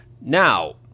Now